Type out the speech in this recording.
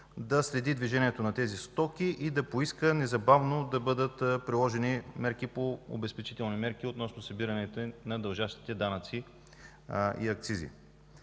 да следи движението на тези стоки и да поиска незабавно да бъдат приложени обезпечителни мерки относно събирането им на дължащите данъци и активи.